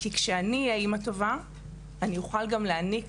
כי כשאני אהיה אמא טובה, אני אוכל להעניק